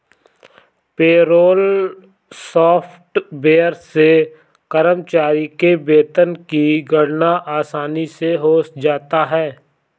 payroll software से कर्मचारी के वेतन की गणना आसानी से हो जाता है